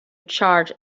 charge